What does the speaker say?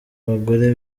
bagore